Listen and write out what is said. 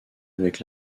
avec